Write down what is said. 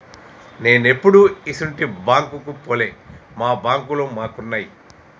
నేనెప్పుడూ ఇసుంటి బాంకుకు పోలే, మా బాంకులు మాకున్నయ్